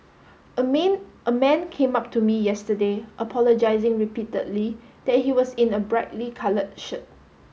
a a man came up to me yesterday apologising repeatedly that he was in a brightly coloured shirt